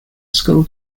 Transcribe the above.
school